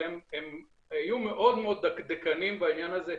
אבל הן היו מאוד מאוד דקדקנים בעניין הזה,